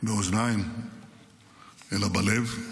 באוזניים אלא בלב.